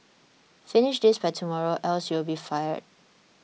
finish this by tomorrow else you'll be fired